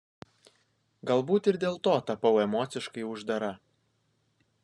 galbūt ir dėl to tapau emociškai uždara